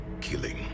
Killing